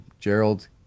Gerald